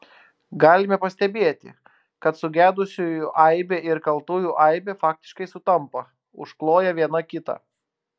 galime pastebėti kad sugedusiųjų aibė ir kaltųjų aibė faktiškai sutampa užkloja viena kitą